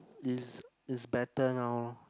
it's it's better now